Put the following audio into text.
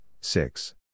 six